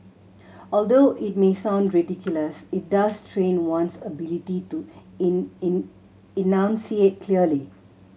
although it may sound ridiculous it does train one's ability to enunciate clearly